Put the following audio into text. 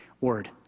word